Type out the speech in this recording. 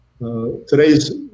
Today's